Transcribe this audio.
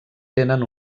tenen